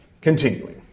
continuing